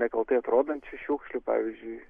nekaltai atrodančių šiukšlių pavyzdžiui